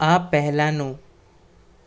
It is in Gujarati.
આ પહેલાંનું